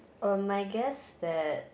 um I guess that